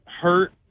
hurt